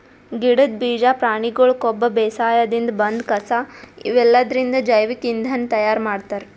ಗಿಡದ್ ಬೀಜಾ ಪ್ರಾಣಿಗೊಳ್ ಕೊಬ್ಬ ಬೇಸಾಯದಿನ್ದ್ ಬಂದಿದ್ ಕಸಾ ಇವೆಲ್ಲದ್ರಿಂದ್ ಜೈವಿಕ್ ಇಂಧನ್ ತಯಾರ್ ಮಾಡ್ತಾರ್